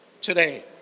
today